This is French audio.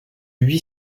lui